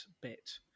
bit